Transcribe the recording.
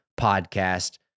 podcast